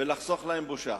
לחסוך להם בושה.